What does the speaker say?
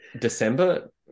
December